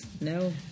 No